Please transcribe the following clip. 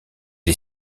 est